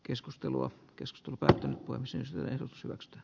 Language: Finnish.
keskustelua keskitulopää kuin siniseen rosvot